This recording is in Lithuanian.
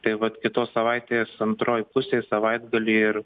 tai vat kitos savaitės antroj pusėj savaitgaly ir